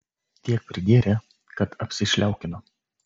tiek prigėrė kad apsišliaukino